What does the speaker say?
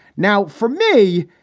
now, for me,